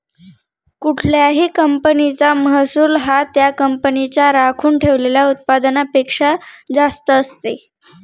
कुठल्याही कंपनीचा महसूल हा त्या कंपनीच्या राखून ठेवलेल्या उत्पन्नापेक्षा जास्त असते